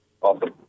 Awesome